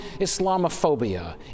Islamophobia